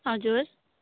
हजुर